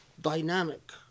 dynamic